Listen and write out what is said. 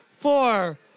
Four